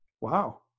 Wow